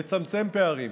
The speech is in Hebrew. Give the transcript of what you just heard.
לצמצם פערים.